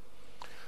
ראו מה קורה